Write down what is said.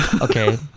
Okay